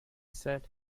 said